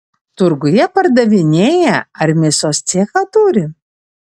turguje pardavinėja ar mėsos cechą turi